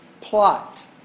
plot